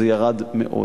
זה ירד מאוד.